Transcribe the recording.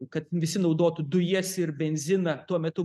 kad visi naudotų dujas ir benziną tuo metu